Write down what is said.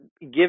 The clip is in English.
Give